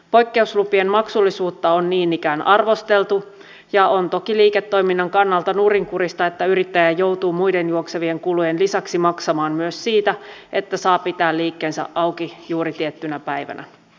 poikkeuslupien maksullisuutta on niin ikään arvosteltu ja on toki liiketoiminnan kannalta nurinkurista että yrittäjä joutuu muiden juoksevien kulujen lisäksi maksamaan myös siitä että saa pitää liikkeensä auki juuri tiettynä päivänä